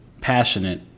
passionate